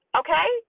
okay